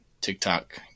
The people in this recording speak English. TikTok